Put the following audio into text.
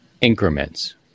increments